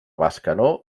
bescanó